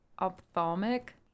ophthalmic